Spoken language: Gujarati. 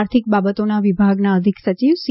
આર્થિક બાબતોના વિભાગના અધિક સચિવ સી